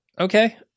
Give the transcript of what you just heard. Okay